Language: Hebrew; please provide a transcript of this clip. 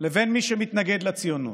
לבין מי שמתנגד לציונות.